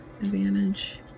advantage